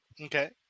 Okay